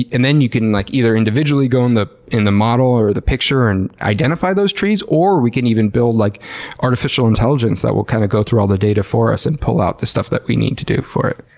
and then you can, like, either individually go and in the model or the picture and identify those trees, or we can even build like artificial intelligence that will kind of go through all the data for us and pull out the stuff that we need to do for it.